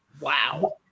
Wow